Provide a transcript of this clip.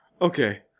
okay